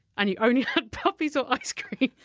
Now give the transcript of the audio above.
and you only had puppies or ice cream,